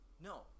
No